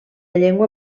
llengua